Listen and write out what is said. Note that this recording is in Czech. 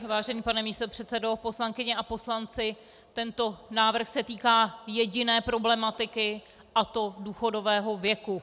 Vážený pane místopředsedo, poslankyně a poslanci, tento návrh se týká jediné problematiky, a to důchodového věku.